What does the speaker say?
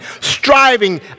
striving